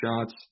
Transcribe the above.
shots